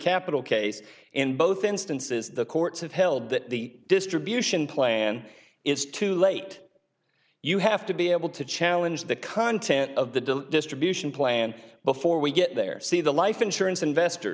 capital case in both instances the courts have held that the distribution plan is too late you have to be able to challenge the content of the distribution plan before we get there see the life insurance investor